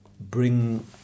bring